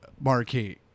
marquee